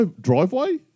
driveway